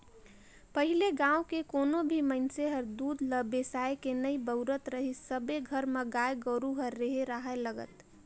पहिले गाँव के कोनो भी मइनसे हर दूद ल बेसायके नइ बउरत रहीस सबे घर म गाय गोरु ह रेहे राहय लगत